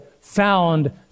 found